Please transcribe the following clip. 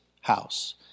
house